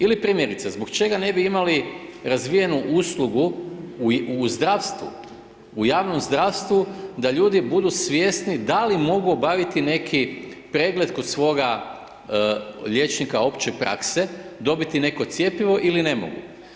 Ili primjerice zbog čega ne bi imali razvijenu uslugu u zdravstvu, u javnom zdravstvu da ljudi budu svjesni da li mogu obaviti neki pregled kod svoga liječnika opće prakse, dobiti neko cjepivo ili ne mogu.